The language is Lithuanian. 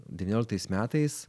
devynioliktais metais